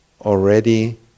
already